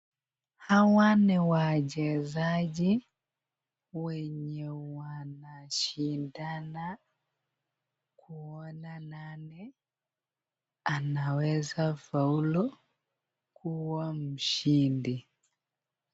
Hawa ni wachezaji wenye wanashindana kuona nani anaweza faulu kuwa mshindi.